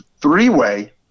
three-way